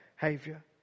behavior